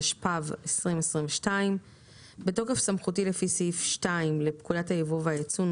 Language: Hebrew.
התשפ"ב 2022 בתוקף סמכותי לפי סעיף 2 לפקודת היבוא והיצוא ,